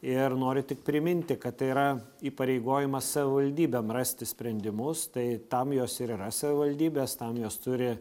ir noriu tik priminti kad tai yra įpareigojimas savivaldybėm rasti sprendimus tai tam jos ir yra savivaldybės tam jos turi